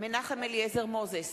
מנחם אליעזר מוזס,